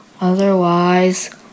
Otherwise